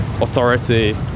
authority